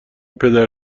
پدر